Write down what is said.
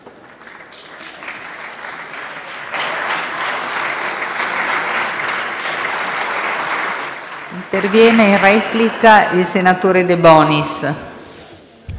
Grazie